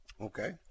Okay